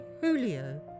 Julio